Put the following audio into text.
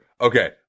Okay